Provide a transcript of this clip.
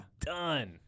done